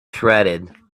shredded